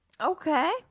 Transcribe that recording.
Okay